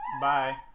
Bye